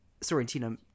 Sorrentino